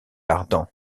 ardan